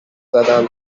زدم